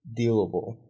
dealable